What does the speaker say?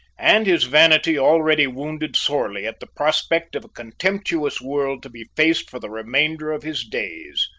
and his vanity already wounded sorely at the prospect of a contemptuous world to be faced for the remainder of his days.